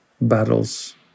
battles